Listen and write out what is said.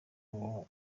uwo